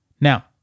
Now